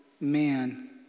man